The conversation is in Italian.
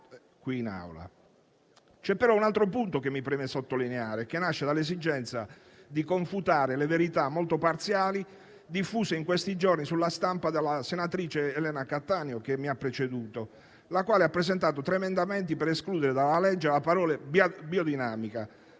C'è però un altro punto che mi preme sottolineare, che nasce dall'esigenza di confutare le verità molto parziali diffuse in questi giorni sulla stampa dalla senatrice Elena Cattaneo, che mi ha preceduto, la quale ha presentato tre emendamenti per escludere dalla legge la parola «biodinamica»,